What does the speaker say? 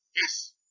Yes